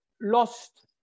lost